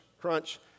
crunch